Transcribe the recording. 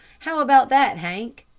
how about that, hank?